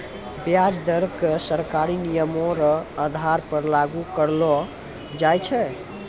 व्याज दर क सरकारी नियमो र आधार पर लागू करलो जाय छै